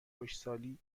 خشکسالی